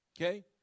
okay